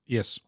Yes